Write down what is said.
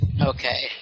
Okay